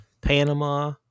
Panama